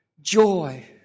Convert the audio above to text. joy